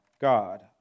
God